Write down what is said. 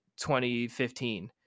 2015